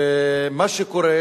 מה שקורה,